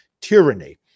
tyranny